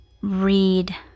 read